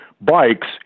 bikes